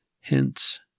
hence